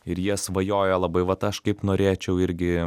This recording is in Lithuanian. ir jie svajoja labai vat aš kaip norėčiau irgi